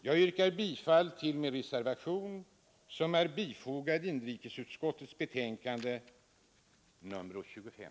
Jag yr bifall till min reservation som är bifogad inrikesutskottets betänkande nr 25.